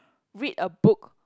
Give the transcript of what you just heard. read a book